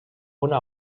una